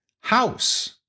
house